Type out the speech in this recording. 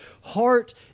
heart